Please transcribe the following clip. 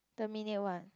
terminate what